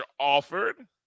Alford